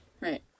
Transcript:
right